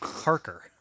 Parker